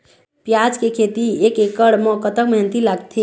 प्याज के खेती एक एकड़ म कतक मेहनती लागथे?